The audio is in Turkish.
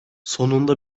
sonunda